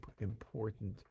important